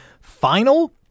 final